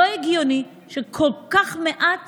לא הגיוני שכל כך מעט